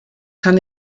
kann